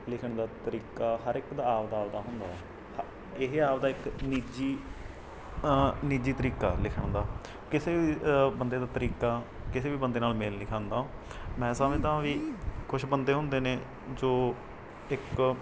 ਲਿਖਣ ਦਾ ਤਰੀਕਾ ਹਰ ਇੱਕ ਦਾ ਆਪਣਾ ਆਪਣਾ ਹੁੰਦਾ ਹ ਇਹ ਆਪਣਾ ਇੱਕ ਨਿੱਜੀ ਨਿੱਜੀ ਤਰੀਕਾ ਲਿਖਣ ਦਾ ਕਿਸੇ ਬੰਦੇ ਦਾ ਤਰੀਕਾ ਕਿਸੇ ਵੀ ਬੰਦੇ ਨਾਲ ਮੇਲ ਨਹੀਂ ਖਾਂਦਾ ਮੈਂ ਸਮਝਦਾ ਵੀ ਕੁਛ ਬੰਦੇ ਹੁੰਦੇ ਨੇ ਜੋ ਇੱਕ